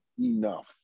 enough